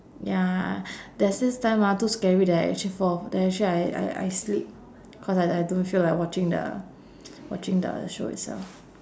ya there's this time ah too scary that I actually fall that I actually I I I sleep cause I I don't feel like watching the watching the show itself